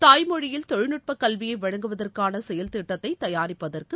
தாய்மொழியில் தொழில்நுட்பக் கல்வியை வழங்குவதற்கான செயல் திட்டத்தை தயாரிப்பதற்கு